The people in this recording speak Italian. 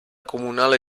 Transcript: comunale